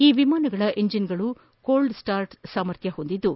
ಈ ವಿಮಾನದ ಎಂಜಿನ್ಗಳು ಕೋಲ್ಡ್ ಸ್ಟಾರ್ಟ್ ಸಾಮರ್ಥ್ಯ ಹೊಂದಿದ್ದು